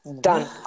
done